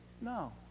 No